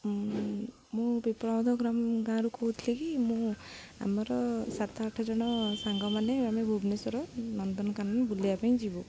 ମୁଁ ପିପଳଧ ଗ୍ରାମ ଗାଁରୁ କହୁଥିଲି କି ମୁଁ ଆମର ସାତ ଆଠ ଜଣ ସାଙ୍ଗମାନେ ଆମେ ଭୁବନେଶ୍ୱର ନନ୍ଦନକାନନ ବୁଲିବା ପାଇଁ ଯିବୁ